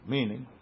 Meaning